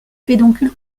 pédoncule